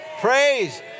praise